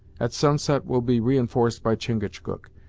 at sunset we'll be reinforced by chingachgook,